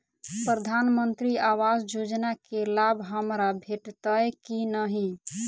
प्रधानमंत्री आवास योजना केँ लाभ हमरा भेटतय की नहि?